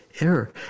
error